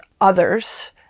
others